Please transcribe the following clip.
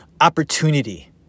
opportunity